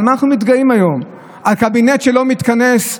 במה אנחנו מתגאים היום, בקבינט שלא מתכנס?